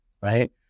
Right